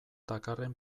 dakarren